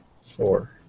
four